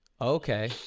Okay